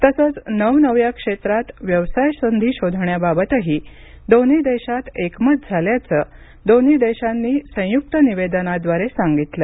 तसंच नवनव्या क्षेत्रात व्यवसाय संधी शोधण्याबाबतही दोन्ही देशांत एकमत झाल्याचं दोन्ही देशांनी संयुक्त निवेदनाद्वारे सांगितलं